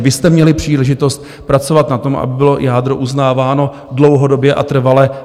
Vy jste měli příležitost pracovat na tom, aby bylo jádro uznáváno dlouhodobě a trvale.